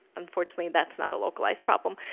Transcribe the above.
unfortunately that's not a localised problem.